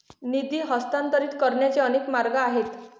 निधी हस्तांतरित करण्याचे अनेक मार्ग आहेत